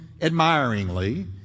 admiringly